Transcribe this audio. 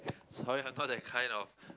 sorry I thought that kind of